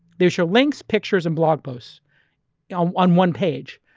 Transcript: they'll show links, pictures, and blog posts on one one page.